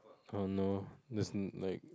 oh no just in like